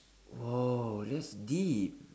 oh that's deep